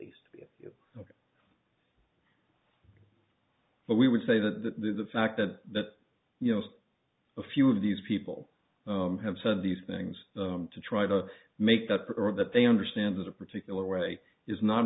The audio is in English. least ok but we would say that the fact that that you know a few of these people have said these things to try to make up for that they understand that a particular way is not